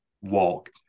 walk